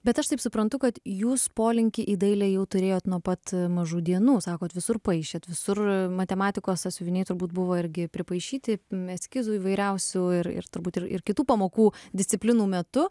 bet aš taip suprantu kad jūs polinkį į dailę jau turėjot nuo pat mažų dienų sakot visur paišėt visur matematikos sąsiuviniai turbūt buvo irgi pripaišyti eskizų įvairiausių ir ir turbūt ir ir kitų pamokų disciplinų metu